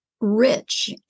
rich